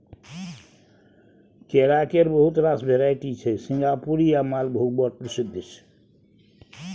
केरा केर बहुत रास भेराइटी छै सिंगापुरी आ मालभोग बड़ प्रसिद्ध छै